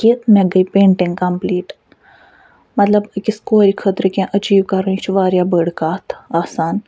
کہِ مےٚ گٔے پیٚنٹِنٛگ کمپٕلیٖٹ مطلب أکِس کورِ خٲطرٕ کیٚنٛہہ أچیٖو کَرُن یہِ چھُ وارِیاہ بٔڑۍ کَتھ آسان